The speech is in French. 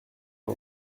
vos